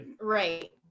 right